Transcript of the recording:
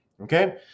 Okay